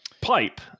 pipe